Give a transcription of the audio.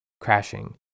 crashing